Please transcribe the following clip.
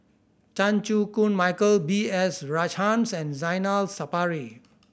Chan Chew Koon Michael B S Rajhans and Zainal Sapari